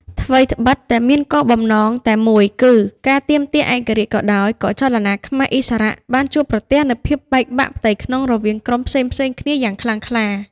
ថ្វីដ្បិតតែមានគោលបំណងតែមួយគឺការទាមទារឯករាជ្យក៏ដោយ ក៏ចលនាខ្មែរឥស្សរៈបានជួបប្រទះនូវភាពបែកបាក់ផ្ទៃក្នុងរវាងក្រុមផ្សេងៗគ្នាយ៉ាងខ្លាំងក្លា។